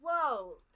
whoa